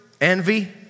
envy